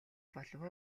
болов